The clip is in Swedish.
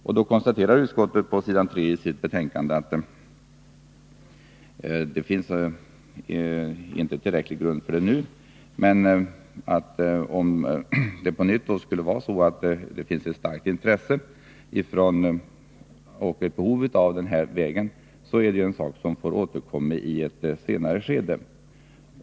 Utskottet konstaterar på s. 3 i betänkandet att det inte finns tillräcklig grund för att genomföra detta förslag nu, men om det på nytt skulle visa sig att det finns ett starkt intresse för och behov av vägen får vi återkomma till frågan i ett senare skede.